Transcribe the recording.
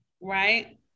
right